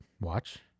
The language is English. watch